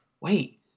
wait